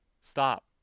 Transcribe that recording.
stop